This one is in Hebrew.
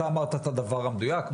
אתה אמרת את הדבר המדויק,